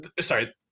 sorry